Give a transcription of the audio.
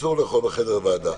אסור לאכול בחדר ועדה,